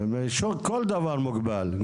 כל דבר מוגבל.